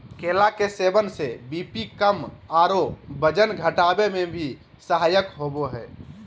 केला के सेवन से बी.पी कम आरो वजन घटावे में भी सहायक होबा हइ